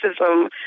racism